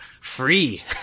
free